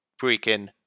freaking